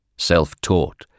self-taught